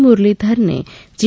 મુરલીધરને જી